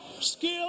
Skill